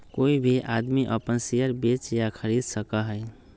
कोई भी आदमी अपन शेयर बेच या खरीद सका हई